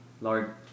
Lord